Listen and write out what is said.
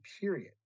period